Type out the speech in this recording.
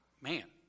Man